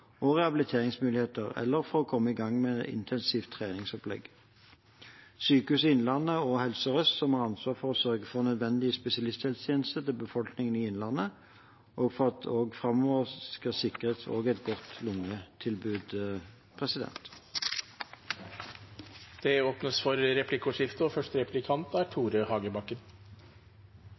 og rehabiliteringsmuligheter, eller for å komme i gang med intensivt treningsopplegg. Det er Sykehuset Innlandet og Helse Sør-Øst som har ansvaret for å sørge for nødvendige spesialisthelsetjenester til befolkningen i Innlandet, og for at det også framover skal sikres et godt